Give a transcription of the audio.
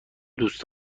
دوست